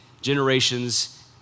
generations